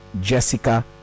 jessica